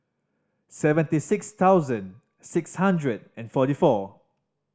seventy six thousand six hundred and forty four